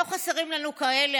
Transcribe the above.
לא חסרים לנו כאלה,